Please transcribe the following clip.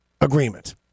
agreement